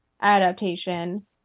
adaptation